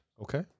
Okay